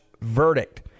verdict